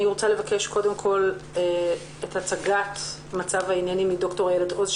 אני רוצה לבקש קודם כל את הצגת מצב העניינים מד"ר איילת עוז,